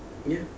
ya